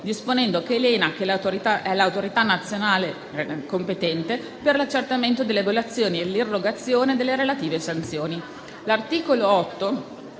disponendo che l'ENAC è l'Autorità nazionale competente per l'accertamento delle violazioni e l'irrogazione delle relative sanzioni.